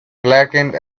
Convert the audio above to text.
blackened